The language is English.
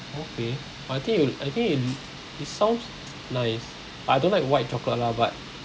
okay but I think it'll I think it it sounds nice but I don't like white chocolate lah but